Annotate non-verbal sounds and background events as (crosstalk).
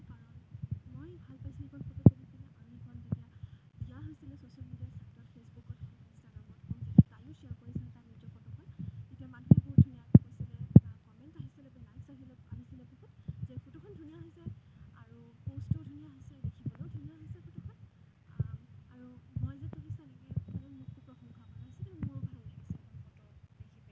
কাৰণ ময়ো ভাল পাইছিলোঁ সেইখন ফটো তুলি পিনে আৰু সেইখন দিয়া হৈছিলে ছ'চিয়েল মিডিয়াত ফেইচবুকত ইনষ্টাগ্ৰামত তায়ো ছেয়াৰ কৰিছিলে তাইৰ নিজৰ ফটোখন তেতিয়া মানুহে বহুত ধুনীয়াকৈ কৈছিল কমেণ্ট আহিছিলে লাইকচ আহিছিলে বহুত যে ফটোখন ধুনীয়া হৈছে আৰু পষ্টটোও ধুনীয়া হৈছে দেখিবলৈও ধুনীয়া হৈছে ফটোখন আৰু মই যে তুলিছোঁ এনেকৈ মোকো প্ৰশংসা কৰিছে মোৰ ভাল লাগিছে (unintelligible)